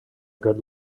good